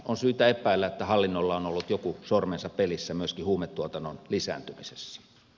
on syytä epäillä että hallinnolla on ollut joku sormensa pelissä myöskin huumetuotannon lisääntymisessä